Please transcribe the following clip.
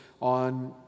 on